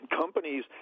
Companies